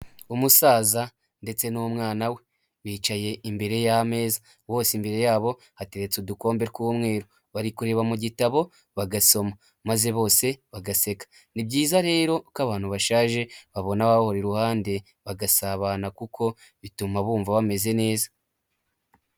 Umusaza ndetse n'umwana we; bicaye imbere y'ameza bose imbere yabo hateretse udukombe tw'umweru. Bari kureba mu gitabo bagasoma maze bose bagaseka, ni byiza rero ko abantu bashaje babona ababahora iruhande bagasabana, kuko bituma bumva bameze neza.